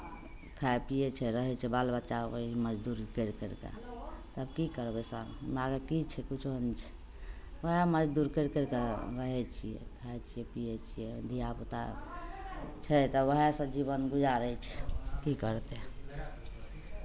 खाइ पियै छै रहै छै बाल बच्चा ओहीमे मजदूर करि कऽ तऽ की करबै सर हमरा आरकेँ की छै किछो नहि छै उएह मजदूर करि करि कऽ रहै छियै खाइ छियै पियै छियै धियापुता छै तऽ उएहसँ जीवन गुजारै छै की करतै